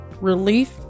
relief